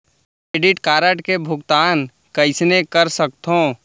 Credit card के भुगतान कईसने कर सकथो?